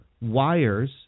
wires